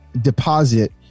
deposit